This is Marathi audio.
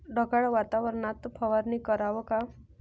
ढगाळ वातावरनात फवारनी कराव का?